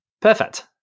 perfect